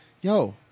Yo